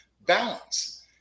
balance